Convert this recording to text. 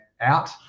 out